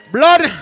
Blood